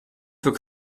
für